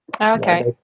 okay